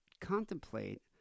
contemplate